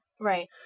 Right